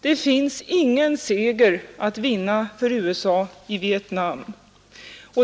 Det finns ingen seger att vinna för USA i Vietnam.